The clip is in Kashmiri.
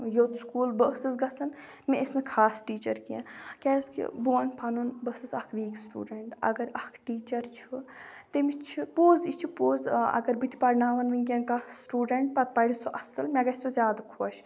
یوٚت سکوٗل بہٕ ٲسٕس گژھان مےٚ ٲسۍ نہٕ خاص ٹیٖچَر کینٛہہ کیازِکہِ بہٕ وَنہٕ پَنُن بہٕ ٲسٕس اَکھ ویٖک سٹوٗڈنٛٹ اگر اَکھ ٹیٖچَر چھُ تٔمِس چھِ پوٚز یہِ چھِ پوٚز اگر بہٕ تہِ پَرناوان وٕنکٮ۪ن کانٛہہ سٹوٗڈنٛٹ پَتہٕ پَرِ سُہ اَصٕل مےٚ گَژھِ سُہ زیادٕ خۄش